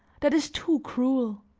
that is too cruel.